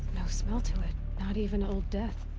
no smell to it, not even old death.